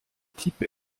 type